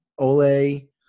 Ole